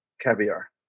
caviar